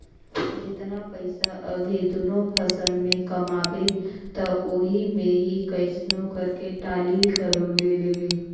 जेतना पइसा अभी दूनो फसल में कमाबे त ओही मे ही कइसनो करके टाली घलो ले लेबे